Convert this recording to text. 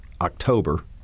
October